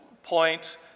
point